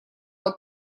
вот